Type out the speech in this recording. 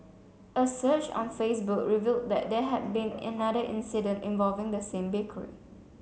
a search on Facebook revealed that there had been another incident involving the same bakery